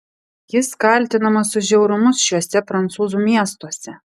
jis kaltinamas už žiaurumus šiuose prancūzų miestuose